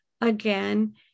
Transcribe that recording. again